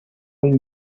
این